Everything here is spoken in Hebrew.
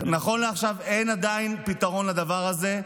נכון לעכשיו אין עדיין פתרון לדבר הזה.